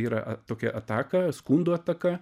yra tokia ataka skundų ataka